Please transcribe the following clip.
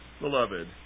beloved